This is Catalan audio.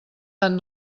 han